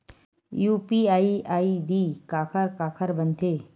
UPI ID काखर काखर बनथे?